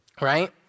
right